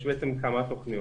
יש כמה תוכניות.